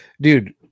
Dude